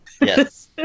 Yes